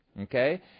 okay